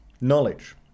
knowledge